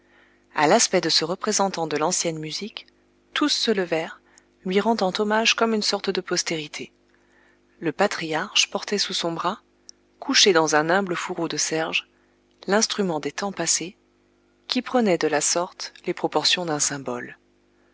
à l'aspect de ce représentant de lancienne musique tous se levèrent lui rendant hommage comme une sorte de postérité le patriarche portait sous son bras couché dans un humble fourreau de serge l'instrument des temps passés qui prenait de la sorte les proportions d'un symbole